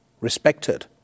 respected